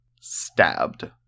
Stabbed